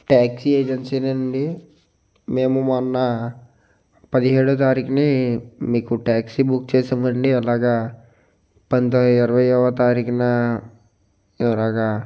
taxi ఏజెన్సీనా అండి మేము మొన్న పదిహేడో తారీఖునీ మీకు ట్యాక్సీ బుక్ చేశామండి అలాగా పంతో ఇరవైవ తారీఖున ఇలాగ